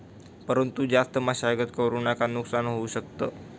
परंतु जास्त मशागत करु नका नुकसान होऊ शकत